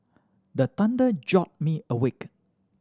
the thunder jolt me awake